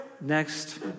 Next